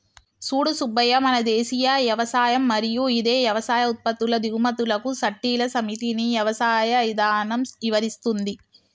సూడు సూబ్బయ్య మన దేసీయ యవసాయం మరియు ఇదే యవసాయ ఉత్పత్తుల దిగుమతులకు సట్టిల సమితిని యవసాయ ఇధానం ఇవరిస్తుంది